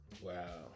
Wow